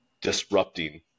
disrupting